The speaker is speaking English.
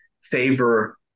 favor